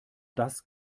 das